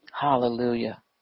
Hallelujah